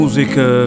Música